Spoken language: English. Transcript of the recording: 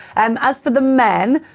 and as for the men,